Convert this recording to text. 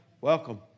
Welcome